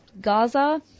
Gaza